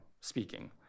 speaking